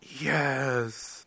Yes